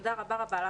תודה רבה רבה.